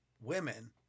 women